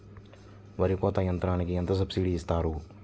వరి కోత యంత్రంకి ఎంత సబ్సిడీ ఇస్తారు?